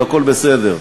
והכול בסדר.